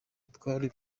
twari